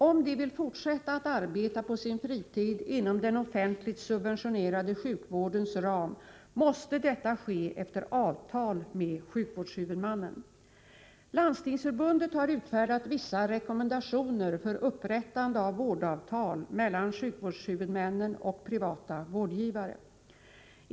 Om de vill fortsätta att arbeta på sin fritid inom den offentligt subventionerade sjukvårdens ram måste detta ske efter avtal med sjukvårdshuvudmannen. Landstingsförbundet har utfärdat vissa rekommendationer för upprättande av vårdavtal mellan sjukvårdshuvudmännen och privata vårdgivare.